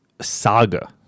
saga